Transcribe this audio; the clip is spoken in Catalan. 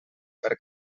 per